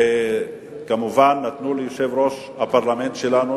מובן שנתנו ליושב-ראש הפרלמנט שלנו,